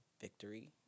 victory